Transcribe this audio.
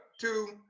two